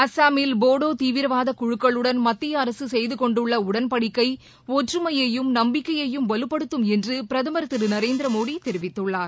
அசாமில் போடோ தீவிரவாத குழுக்களுடன் மத்திய அரசு செய்து கொண்டுள்ள உடன்படிக்கை ஒற்றுமையையும் நம்பிக்கையையும் வலுப்படுத்தம் என்று பிரதமர் திரு நரேந்திர மோடி தெரிவித்துள்ளார்